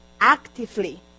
actively